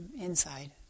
inside